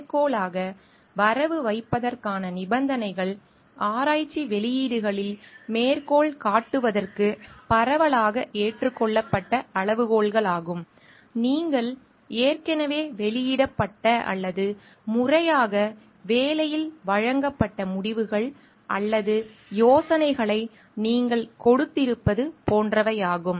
மேற்கோளாக வரவு வைப்பதற்கான நிபந்தனைகள் ஆராய்ச்சி வெளியீடுகளில் மேற்கோள் காட்டுவதற்கு பரவலாக ஏற்றுக்கொள்ளப்பட்ட அளவுகோல்களாகும் நீங்கள் ஏற்கனவே வெளியிடப்பட்ட அல்லது முறையாக வேலையில் வழங்கப்பட்ட முடிவுகள் அல்லது யோசனைகளை நீங்கள் கொடுத்திருப்பது போன்றவையாகும்